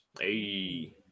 hey